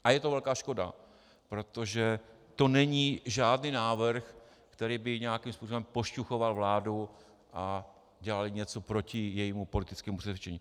A je to velká škoda, protože to není žádný návrh, který by nějakým způsobem pošťuchoval vládu a dělal něco proti jejímu politickému přesvědčení.